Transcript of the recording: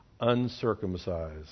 uncircumcised